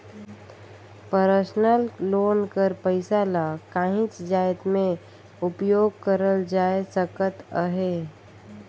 personal loan कर पइसा ल काहींच जाएत में उपयोग करल जाए सकत अहे